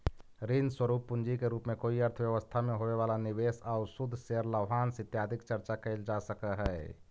ऋण स्वरूप पूंजी के रूप में कोई अर्थव्यवस्था में होवे वाला निवेश आउ शुद्ध शेयर लाभांश इत्यादि के चर्चा कैल जा सकऽ हई